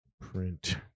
Print